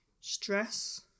stress